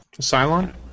Cylon